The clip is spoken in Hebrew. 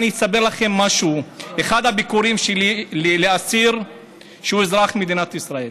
אני אספר לכם משהו: באחד הביקורים שלי אצל אסיר שהוא אזרח מדינת ישראל